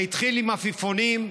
זה התחיל עם עפיפונים,